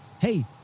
Hey